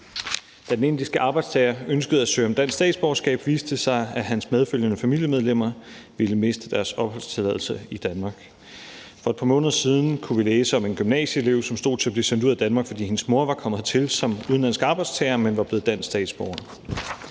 Da den indiske arbejdstager ønskede at søge om dansk statsborgerskab, viste det sig, at hans medfølgende familiemedlemmer ville miste deres opholdstilladelse i Danmark. For et par måneder siden kunne vi læse om en gymnasieelev, som stod til at blive sendt ud af Danmark, fordi hendes mor var kommet hertil som udenlandsk arbejdstager, men var blevet dansk statsborger.